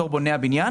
בתור בונה הבניין,